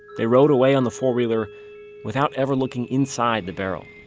they rode away on the four-wheeler without ever looking inside the barrel